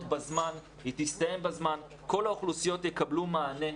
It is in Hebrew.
בזמן ושהיא תסתיים בזמן ושכל האוכלוסיות יקבלו מענה.